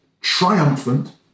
triumphant